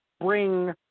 bring –